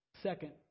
Second